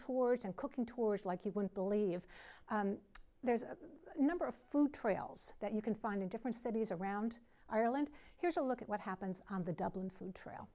tours and cooking tours like you wouldn't believe there's a number of food trails that you can find in different cities around ireland here's a look at what happens on the dublin food trail